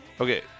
Okay